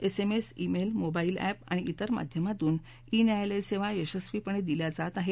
एसमेसई mail mobile app आणि इतर माध्यमातून ई न्यायालय सेवा यशस्वीपणे दिल्या जात आहेत